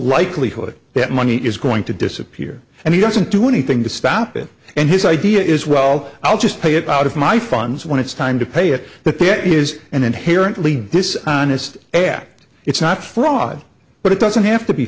likelihood that money is going to disappear and he doesn't do anything to stop it and his idea is well i'll just pay it out of my funds when it's time to pay it but there is an inherently dishonest act it's not fraud but it doesn't have to be